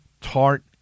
tart